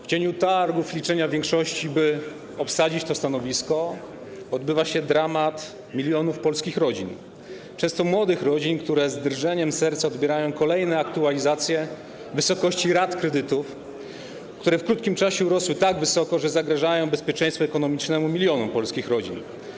W cieniu targów, liczenia większości, by obsadzić to stanowisko, odbywa się dramat milionów polskich rodzin, często młodych rodzin, które z drżeniem serca odbierają kolejne aktualizacje wysokości rat kredytów, które w krótkim czasie urosły tak wysoko, że zagrażają bezpieczeństwu ekonomicznemu milionów polskich rodzin.